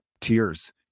tears